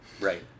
Right